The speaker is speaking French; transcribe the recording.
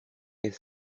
est